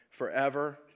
forever